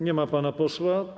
Nie ma pana posła.